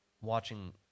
watching